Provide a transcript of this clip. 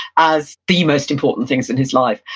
as the most important things in his life.